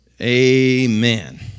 Amen